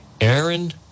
Aaron